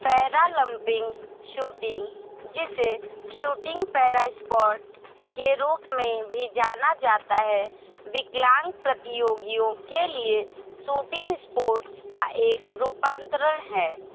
Paralympic shooting जिसे shooting para sport के रूप में भी जाना जाता है विकलांग प्रतियोगियों के लिए सूटिंग स्पोर्ट्स का एक रूपांतरण है